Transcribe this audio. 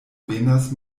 venas